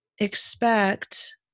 expect